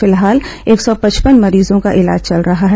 फिलहाल एक सौ पचपन मरीजों का इलाज चल रहा है